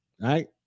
right